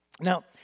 Now